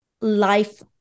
life